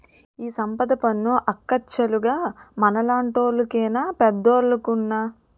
ఈ సంపద పన్ను అక్కచ్చాలుగ మనలాంటోళ్లు కేనా పెద్దోలుకున్నా